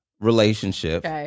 relationship